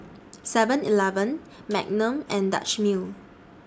Seven Eleven Magnum and Dutch Mill